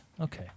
Okay